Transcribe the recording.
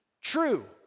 true